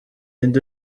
nde